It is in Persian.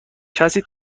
کسی